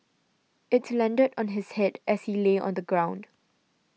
it landed on his head as he lay on the ground